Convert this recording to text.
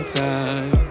time